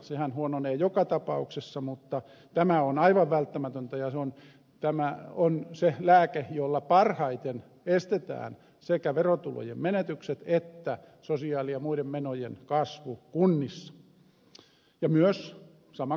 sehän huononee joka tapauksessa mutta tämä on aivan välttämätöntä ja tämä on se lääke jolla parhaiten estetään sekä verotulojen menetykset että sosiaali ja muiden menojen kasvu kunnissa ja sama koskee myös valtiota